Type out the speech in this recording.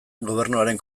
gobernuaren